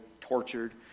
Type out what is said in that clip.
tortured